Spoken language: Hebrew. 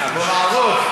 אבו מערוף,